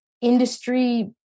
industry